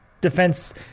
defense